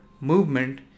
movement